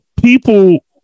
people